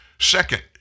Second